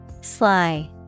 Sly